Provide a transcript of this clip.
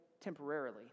temporarily